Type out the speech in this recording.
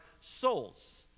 souls